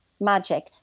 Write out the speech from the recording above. magic